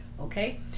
okay